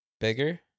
Bigger